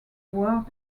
word